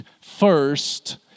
first